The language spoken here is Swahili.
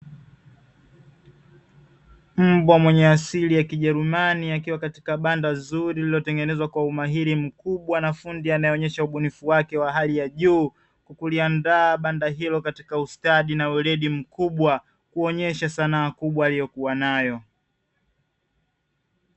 Mbwa mwenye asili ya kijerumani akiwa katika banda zuri lililotengenezwa kwa umahiri mkubwa na fundi anaonyesha ubunifu wake wa hali ya juu kuliandaa banda hilo katika ustadi na weledi mkubwa, kuonyesha sana kubwa aliyokuwa nayo.